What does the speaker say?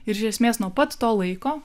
ir iš esmės nuo pat to laiko